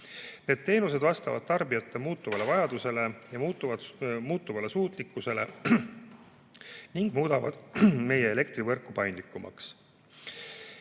Need teenused vastavad tarbijate muutuvale vajadusele ja suutlikkusele ning muudavad meie elektrivõrgu paindlikumaks.